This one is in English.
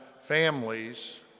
families